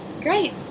Great